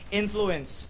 influence